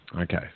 Okay